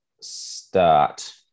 start